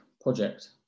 project